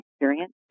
experience